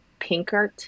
pinkert